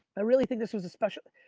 i really think this was a special.